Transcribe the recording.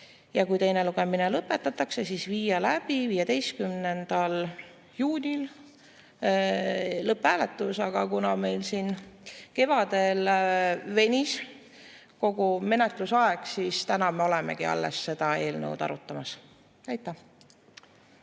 ja kui teine lugemine lõpetatakse, siis viia 15. juunil läbi lõpphääletus, aga kuna meil kevadel venis kogu menetlusaeg, siis me olemegi alles täna seda eelnõu arutamas. Aitäh!